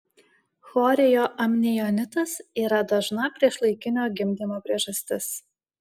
chorioamnionitas yra dažna priešlaikinio gimdymo priežastis